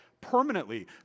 permanently